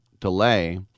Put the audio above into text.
delay